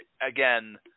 again